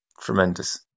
tremendous